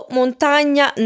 montagna